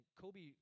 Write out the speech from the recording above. Kobe